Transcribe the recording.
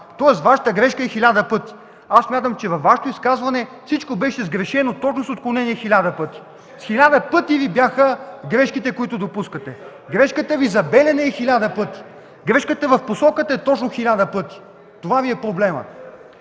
Тоест, Вашата грешка е хиляда пъти. Аз смятам, че във Вашето изказване всичко беше сгрешено точно с отклонение 1000 пъти. Хиляди пъти Ви бяха грешките, които допускате. (Реплики от КБ.) Грешката Ви за „Белене” е хиляда пъти. Грешката в посоката е точно хиляда пъти. Това Ви е проблемът.